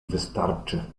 wystarczy